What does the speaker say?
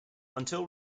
until